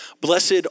blessed